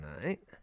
tonight